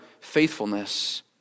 faithfulness